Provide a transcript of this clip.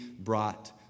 brought